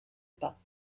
pas